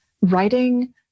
writing